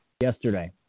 yesterday